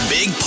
Big